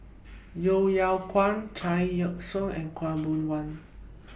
Yeo Yeow Kwang Chao Yoke San and Khaw Boon Wan